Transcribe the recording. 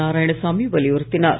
நாராயணசாமி வலியுறுத்தினார்